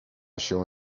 się